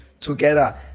together